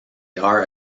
are